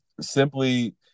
simply